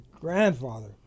grandfather